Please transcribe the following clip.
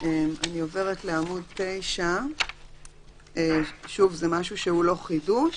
אני עוברת לעמוד 9. שוב, זה משהו שהוא לא חידוש.